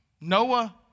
Noah